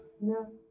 No